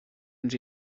ens